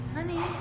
Honey